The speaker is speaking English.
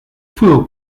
fuel